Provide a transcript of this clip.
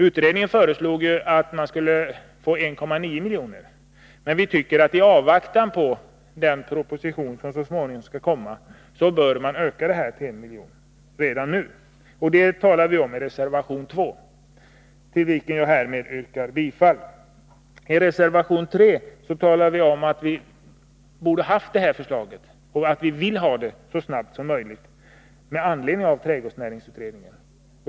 Utredningen föreslår 1,9 milj.kr. Men vi tycker att man i avvaktan på den proposition som så småningom skall komma bör öka bidraget till 1 milj.kr. redan nu. Det föreslår vi i reservation 2, till vilken jag härmed yrkar bifall. I reservation 3 talar vi om att vi vill ha ett förslag så snart som möjligt med anledning av trädgårdsnäringsutredningen.